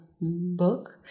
book